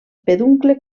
peduncle